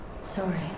Sorry